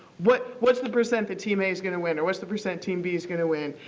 what's what's the percent that team a is going to win or what's the percent team b is going to win.